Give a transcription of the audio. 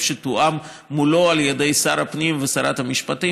שתואם מולו על ידי שר הפנים ושרת המשפטים,